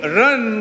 run